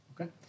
okay